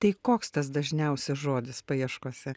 tai koks tas dažniausias žodis paieškose